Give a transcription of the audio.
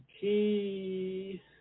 Key